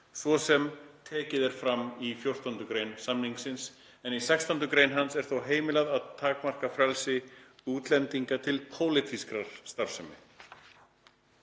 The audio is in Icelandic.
svo sem tekið er fram í 14. gr. samningsins, en í 16. gr. hans er þó heimilað að takmarka frelsi útlendinga til pólitískrar starfsemi.“